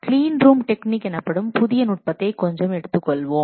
cleanroom technique எனப்படும் புதிய நுட்பத்தை கொஞ்சம் எடுத்துக்கொள்வோம்